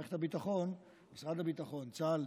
מערכת הביטחון, משרד הביטחון, צה"ל,